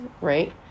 Right